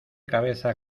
cabeza